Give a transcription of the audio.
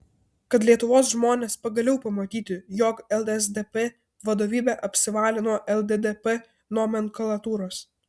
kad lietuvos žmonės pagaliau pamatytų jog lsdp vadovybė apsivalė nuo lddp nomenklatūros